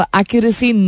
accuracy